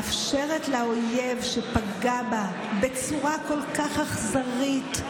מאפשרת לאויב שפגע בה בצורה כל כך אכזרית,